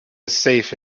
safe